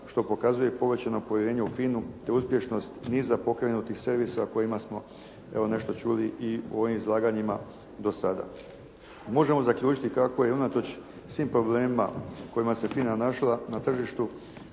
što pokazuje povećano povjerenje u FINA-u, te uspješnost niza pokrenutih servisa o kojima smo evo nešto čuli i u ovim izlaganjima do sada. Možemo zaključiti kako je unatoč svim problemima u kojima se FINA našla na tržištu